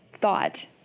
thought